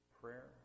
prayer